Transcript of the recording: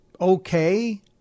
okay